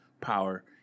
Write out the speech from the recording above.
power